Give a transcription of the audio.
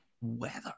weather